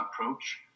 approach